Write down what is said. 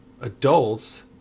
adults